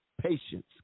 patience